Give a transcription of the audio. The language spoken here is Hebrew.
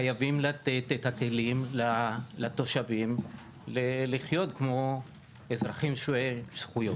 חייבים לתת את הכלים לתושבים לחיות כמו אזרחים שווי זכויות.